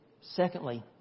Secondly